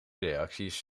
reacties